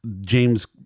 James